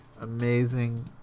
amazing